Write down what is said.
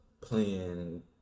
playing